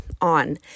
on